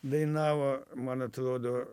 dainavo man atrodo